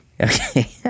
Okay